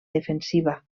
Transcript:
defensiva